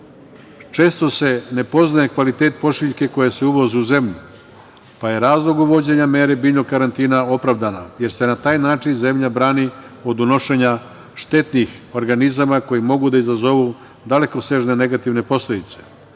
se ne poznaje kvalitet pošiljke koja se uvozi u zemlju, pa je razlog uvođenja mere biljnog karantina opravdana, jer se na taj način zemlja brani od unošenja štetnih organizama koji mogu da izazovu dalekosežne negativne posledice